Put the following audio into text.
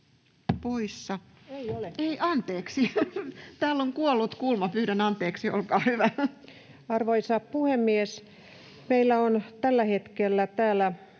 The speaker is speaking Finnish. Arvoisa puhemies! Meillä on tällä hetkellä täällä